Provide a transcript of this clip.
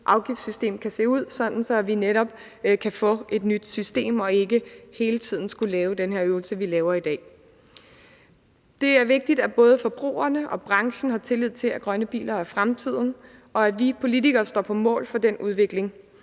afgiftssystem kan se ud, sådan at vi netop kan få et nyt system og ikke hele tiden skal lave den her øvelse, vi laver i dag. Det er vigtigt, at både forbrugerne og branchen har tillid til, at grønne biler er fremtiden, og at vi politikere står på mål for den udvikling.